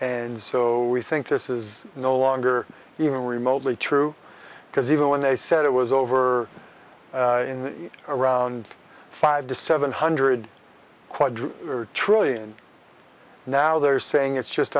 and so we think this is no longer even remotely true because even when they said it was over in around five to seven hundred quadrate trillion now they're saying it's just